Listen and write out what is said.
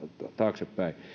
taaksepäin